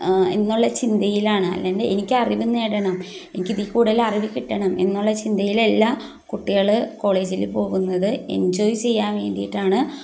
എന്നുള്ള ചിന്തയിലാണ് അല്ലെങ്കിൽ എനിക്കറിവ് നേടണം എനിക്കിതിൽ കൂടുതൽ അറിവ് കിട്ടണം എന്നുള്ള ചിന്തയിലല്ലാ കുട്ടികൾ കോളേജിൽ പോകുന്നത് എൻജോയ് ചെയ്യാൻ വേണ്ടീട്ടാണ്